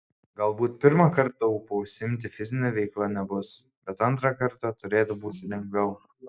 galbūt pirmą kartą ūpo užsiimti fizine veikla nebus bet antrą kartą turėtų būti lengviau